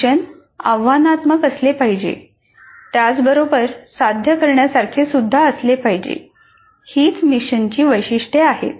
mission आव्हानात्मक असले पाहिजे त्याचबरोबर साध्य करण्या सारखे सुद्धा पाहिजे हीच मिशनची वैशिष्ट्ये आहेत